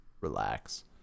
relax